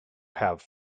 have